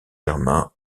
germain